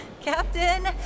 Captain